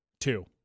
two